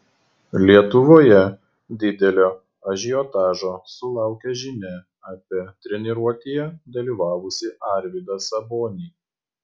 lietuvoje didelio ažiotažo sulaukė žinia apie treniruotėje dalyvavusį arvydą sabonį